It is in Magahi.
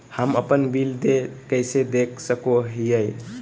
हम अपन बिल देय कैसे देख सको हियै?